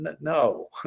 no